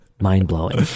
mind-blowing